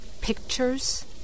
pictures